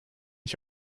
ich